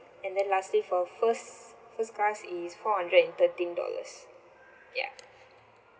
and then lastly for first first class is four hundred and thirteen dollars ya